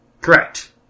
Correct